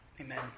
Amen